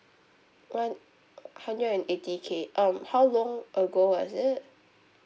one hundred and eighty K um how long ago was it